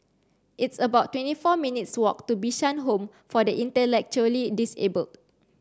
it's about twenty four minutes' walk to Bishan Home for the Intellectually Disabled